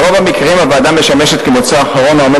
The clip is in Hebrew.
ברוב המקרים הוועדה משמשת כמוצא אחרון העומד